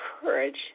courage